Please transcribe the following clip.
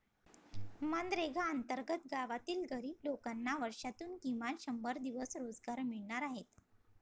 मनरेगा अंतर्गत गावातील गरीब लोकांना वर्षातून किमान शंभर दिवस रोजगार मिळणार आहे